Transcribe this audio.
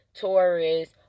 Taurus